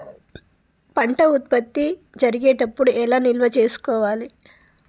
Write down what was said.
పంట ఉత్పత్తి జరిగేటప్పుడు ఎలా నిల్వ చేసుకోవాలి?